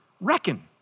reckon